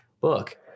book